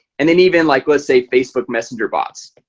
and then even like let's say facebook messenger bots,